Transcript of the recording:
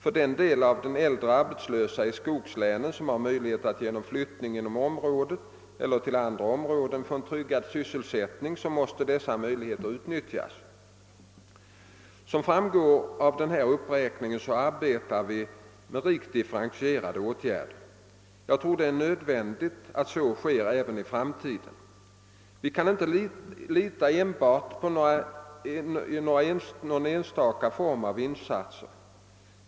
För den del av de äldre arbetslösa i skogslänen som har möjlighet att genom flyttning inom området eller till andra områden få en tryggad sysselsättning måste dessa möjligheter utnyttjas. Som framgår av den här uppräkningen arbetar vi med rikt differentierade åtgärder. Jag tror att det är nödvändigt att så sker även i framtiden. Vi kan inte lita enbart till någon enstaka form av insatser.